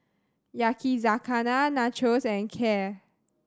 Yakizakana Nachos and Kheer